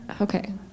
okay